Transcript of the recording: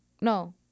No